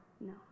No